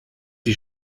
die